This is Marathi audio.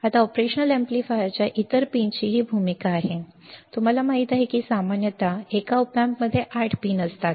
आता ऑपरेशनल एम्पलीफायरच्या इतर पिनची ही भूमिका आहे तुम्हाला माहित आहे की सामान्यतः एका ऑप एम्पमध्ये 8 पिन असतात